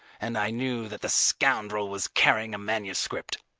and i knew that the scoundrel was carrying a manuscript.